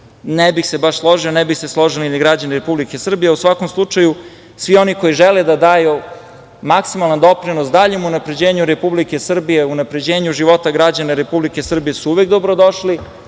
bih se baš složio, ne bi se složili ni građani Republike Srbije. U svakom slučaju, svi oni koji žele da daju maksimalan doprinos daljem unapređenju Republike Srbije, unapređenju života građana Republike Srbije su uvek dobrodošli